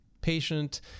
patient